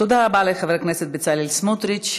תודה רבה לחבר הכנסת בצלאל סמוטריץ.